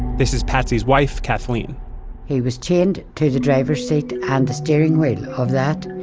this is patsy's wife, kathleen he was chained to the driver's seat and the steering wheel of that.